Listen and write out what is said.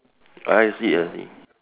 I see I see